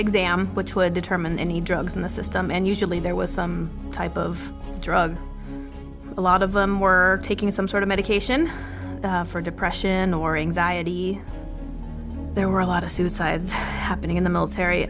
exam which would determine any drugs in the system and usually there was some type of drug a lot of them were taking some sort of medication for depression or anxiety there were a lot of suicides happening in the military